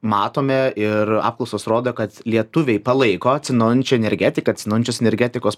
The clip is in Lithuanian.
matome ir apklausos rodo kad lietuviai palaiko atsinaujinančią energetiką atsinaujinančios energetikos projektus supranta